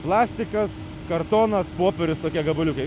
plastikas kartonas popierius tokie gabaliukai